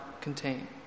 contain